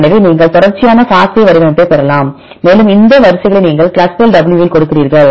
எனவே நீங்கள் தொடர்ச்சியான FASTA வடிவமைப்பைப் பெறலாம் மேலும் இந்த வரிசைகளை நீங்கள் Clustal W வில் கொடுக்கிறீர்கள்